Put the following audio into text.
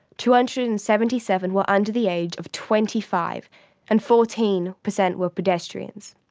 two hundred and seventy seven were under the age of twenty five and fourteen percent were pedestrians.